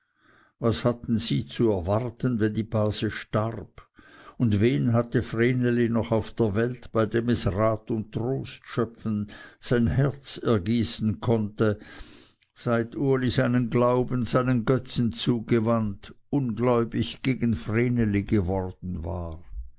was hatten sie zu erwarten wenn die base starb und wen hatte vreneli noch auf der welt bei dem es rat und trost schöpfen sein herz ergießen konnte seit uli seinen glauben seinen götzen zugewandt ungläubig gegen vreneli geworden war